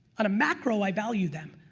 at a macro i value them,